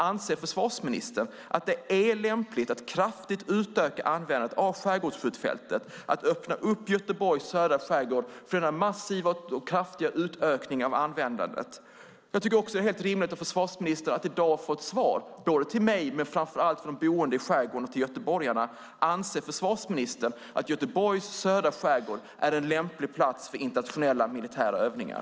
Anser försvarsministern att det är lämpligt att kraftigt utöka användandet av skärgårdsskjutfältet och att öppna Göteborgs södra skärgård för denna massiva och kraftiga utökning av användandet? Jag tycker också att det är rimligt att försvarsministern i dag ger ett svar till mig och framför allt till de boende i skärgården och till göteborgarna på frågan: Anser försvarsministern att Göteborgs södra skärgård är en lämplig plats för internationella militära övningar?